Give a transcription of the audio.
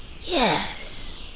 Yes